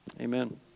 Amen